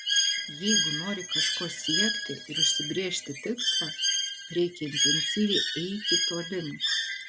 jeigu nori kažko siekti ir užsibrėžti tikslą reikia intensyviai eiti to link